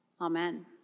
Amen